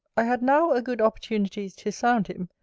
i had now a good opportunity to sound him,